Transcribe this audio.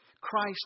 Christ